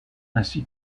ainsi